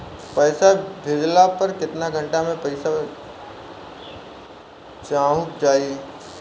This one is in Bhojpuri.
पैसा भेजला पर केतना घंटा मे पैसा चहुंप जाई?